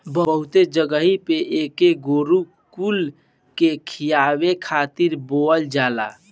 बहुते जगही पे एके गोरु कुल के खियावे खातिर बोअल जाला